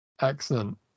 excellent